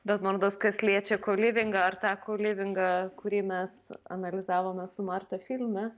bet man rodos kas liečia kolivingą ar tą kolivingą kurį mes analizavome su marta filme